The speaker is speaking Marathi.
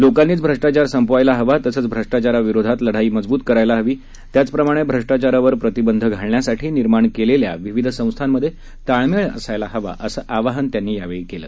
लोकांनीच भ्रष्टाचार संपवायला हवा तसच भ्रष्टाचाराविरोधात लढाई मजबूत करायला हवी त्याच प्रमाणे भ्रष्टाचारावर प्रतिबंध घालण्यासाठी निर्माण केलेल्या विविध संस्थांमध्ये ताळमेळ असायला हवा असं आवाहन त्यांनी यावेळी केलं